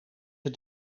het